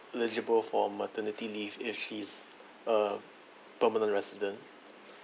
eligible for maternity leave if she is uh permanent resident